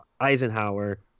Eisenhower